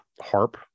harp